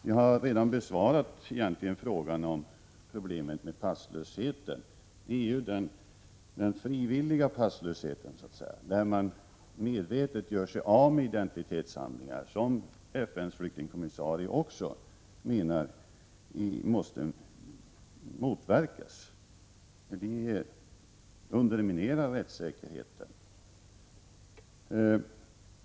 Jag har egentligen redan besvarat frågan om problemet med passlöshet. Det är den ”frivilliga” passlösheten, där man medvetet gör sig av med identitetshandlingar, som FN:s flyktingkommissarie också menar måste motverkas, för den underminerar rättssäkerheten.